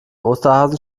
osterhasen